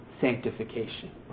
sanctification